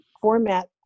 format